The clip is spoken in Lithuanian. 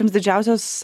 jums didžiausios